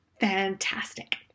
fantastic